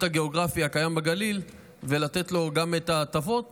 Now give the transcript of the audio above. הגיאוגרפי הקיים בגליל ולתת לו גם את ההטבות